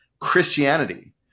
Christianity